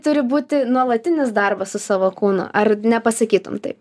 turi būti nuolatinis darbas su savo kūnu ar nepasakytum taip